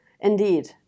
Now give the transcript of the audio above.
Indeed